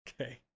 Okay